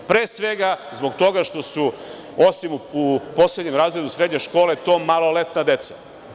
Pre svega zbog toga što su, osim u poslednjem razredu srednje škole to maloletna deca.